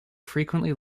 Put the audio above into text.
frequently